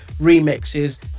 remixes